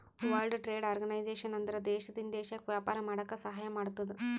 world trade organization ಅಂದುರ್ ದೇಶದಿಂದ್ ದೇಶಕ್ಕ ವ್ಯಾಪಾರ ಮಾಡಾಕ ಸಹಾಯ ಮಾಡ್ತುದ್